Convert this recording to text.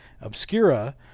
Obscura